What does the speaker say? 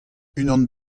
unan